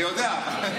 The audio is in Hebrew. אני יודע.